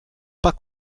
pas